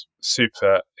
super